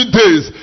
days